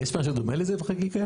יש משהו דומה לזה בחקיקה?